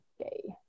okay